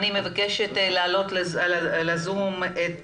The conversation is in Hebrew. אני מבקשת להעלות לזום את